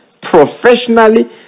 professionally